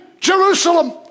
Jerusalem